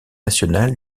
national